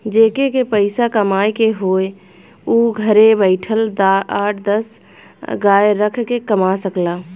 जेके के पइसा कमाए के हौ उ घरे बइठल आठ दस गाय रख के कमा सकला